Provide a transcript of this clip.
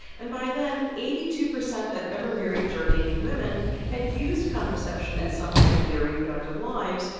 and by then eighty two percent of ever married jordanian women had used contraception at some point in their reproductive lives,